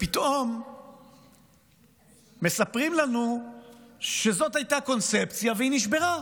ופתאום מספרים לנו שזאת הייתה קונספציה והיא נשברה.